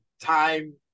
time